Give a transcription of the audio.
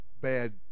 bad